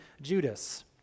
Judas